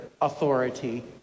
authority